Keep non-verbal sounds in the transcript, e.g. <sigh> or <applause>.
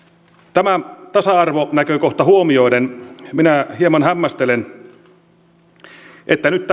tämä tasa arvonäkökohta huomioiden minä hieman hämmästelen että nyt <unintelligible>